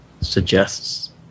suggests